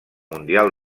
mundial